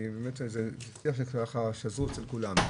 באמת זה שיח שזור אצל כולם,